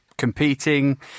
Competing